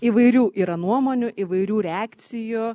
įvairių yra nuomonių įvairių reakcijų